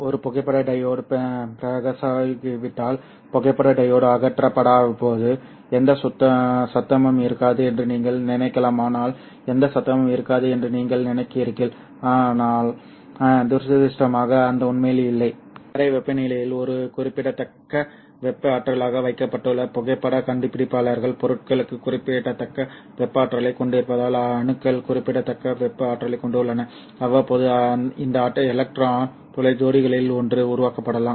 ஒரு புகைப்பட டையோடு பிரகாசிக்காவிட்டால் புகைப்பட டையோடு அகற்றப்படாதபோது எந்த சத்தமும் இருக்காது என்று நீங்கள் நினைக்கலாம் ஆனால் எந்த சத்தமும் இருக்காது என்று நீங்கள் நினைக்கிறீர்கள் ஆனால் துரதிர்ஷ்டவசமாக அது உண்மையில் இல்லை அறை வெப்பநிலையில் ஒரு குறிப்பிடத்தக்க வெப்ப ஆற்றலாக வைக்கப்பட்டுள்ள புகைப்படக் கண்டுபிடிப்பாளர்கள் பொருட்களுக்கு குறிப்பிடத்தக்க வெப்ப ஆற்றலைக் கொண்டிருப்பதால் அணுக்கள் குறிப்பிடத்தக்க வெப்ப ஆற்றலைக் கொண்டுள்ளன அவ்வப்போது இந்த எலக்ட்ரான் துளை ஜோடிகளில் ஒன்று உருவாக்கப்படலாம்